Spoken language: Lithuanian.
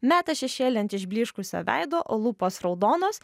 meta šešėlį ant išblyškusio veido o lūpos raudonos